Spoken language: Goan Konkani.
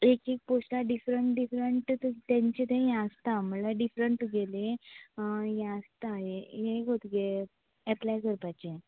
एक एक पोस्टा डिफरंट डिफरंट तांचे तें हें आसता म्हणल्यार डिफरंट तुगेली हें आसता हें गो तुगे एपलाय करपाचें